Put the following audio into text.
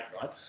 right